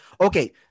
Okay